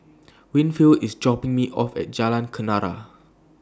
Winfield IS dropping Me off At Jalan Kenarah